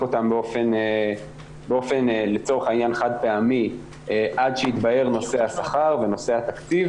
אותם באופן חד פעמי עד שיתבהר נושא השכר ונושא התקציב.